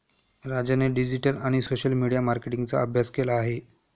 राजाने डिजिटल आणि social media मार्केटिंगचा अभ्यास केला आहे